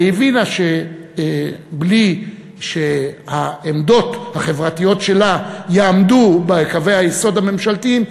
והיא הבינה שבלי שהעמדות החברתיות שלה יעמדו בקווי היסוד הממשלתיים,